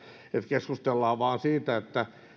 keskustellaan vain siitä